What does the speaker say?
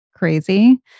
crazy